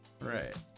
Right